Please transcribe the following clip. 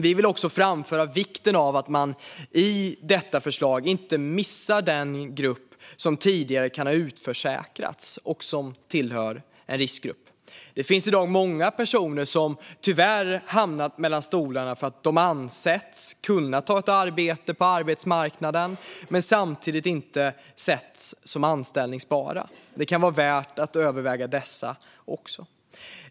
Vi vill också framföra vikten av att man i förslaget inte missar den grupp som tidigare kan ha utförsäkrats och som tillhör en riskgrupp. Det finns i dag många personer som tyvärr hamnat mellan stolarna för att de ansetts kunna ta ett arbete på arbetsmarknaden men samtidigt inte setts som anställbara. Det kan vara värt att överväga även dessa personer.